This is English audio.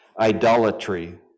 idolatry